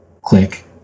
Click